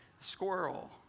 Squirrel